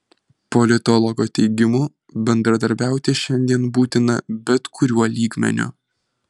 politologo teigimu bendradarbiauti šiandien būtina bet kuriuo lygmeniu